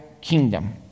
kingdom